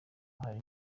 hari